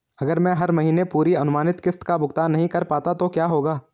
अगर मैं हर महीने पूरी अनुमानित किश्त का भुगतान नहीं कर पाता तो क्या होगा?